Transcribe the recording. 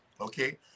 Okay